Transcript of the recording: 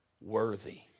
worthy